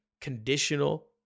conditional